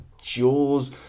Jaws